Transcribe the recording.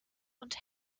und